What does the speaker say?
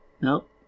Nope